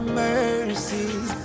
mercies